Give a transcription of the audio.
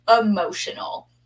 emotional